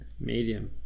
Medium